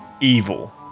evil